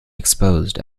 exposed